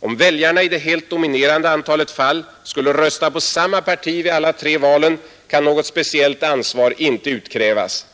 Om väljarna i det helt dominerande antalet fall skulle rösta på samma parti vid alla tre valen kan något speciellt ansvar inte utkrävas.